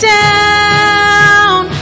down